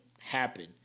happen